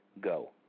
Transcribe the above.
go